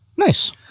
nice